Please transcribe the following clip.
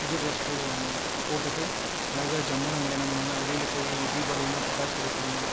புது டிரஸ் போடுவாங்க போட்டுவிட்டு அழகாக ஜம்முனு வந்து என்ன பண்ணுவாங்கன்னா வெளியில் போய் தீபாவளின்னால் பட்டாசு வெடிப்பாங்க